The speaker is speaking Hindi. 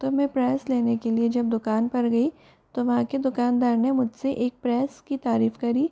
तो मैं प्रेस लेने के लिये जब दुकान पर गई तो वहाँ के दुकानदार ने मुझसे एक प्रेस की तारीफ करी